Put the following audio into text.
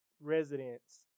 residents